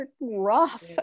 rough